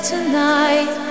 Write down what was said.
Tonight